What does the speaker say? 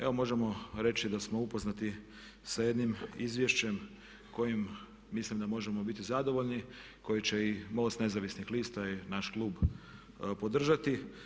Evo možemo reći da smo upoznati sa jednim izvješćem kojim mislim da možemo biti zadovoljni koji će i MOST Nezavisnih lista, naš klub podržati.